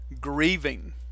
grieving